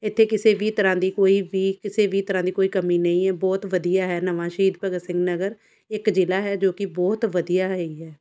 ਇੱਥੇ ਕਿਸੇ ਵੀ ਤਰ੍ਹਾਂ ਦੀ ਕੋਈ ਵੀ ਕਿਸੇ ਵੀ ਤਰ੍ਹਾਂ ਦੀ ਕੋਈ ਕਮੀ ਨਹੀਂ ਹੈ ਬਹੁਤ ਵਧੀਆ ਹੈ ਨਵਾਂ ਸ਼ਹੀਦ ਭਗਤ ਸਿੰਘ ਨਗਰ ਇੱਕ ਜ਼ਿਲ੍ਹਾ ਹੈ ਜੋ ਕਿ ਬਹੁਤ ਵਧੀਆ ਹੈ ਹੀ ਹੈ